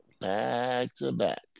Back-to-back